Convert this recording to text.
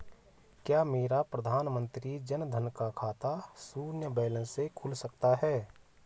क्या मेरा प्रधानमंत्री जन धन का खाता शून्य बैलेंस से खुल सकता है?